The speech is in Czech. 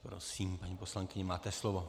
Prosím, paní poslankyně, máte slovo.